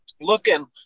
Looking